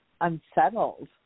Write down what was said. unsettled